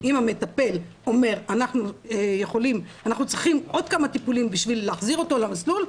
אם המטפל אומר 'אנחנו צריכים עוד כמה טיפולים בשביל להחזיר אותו למסלול,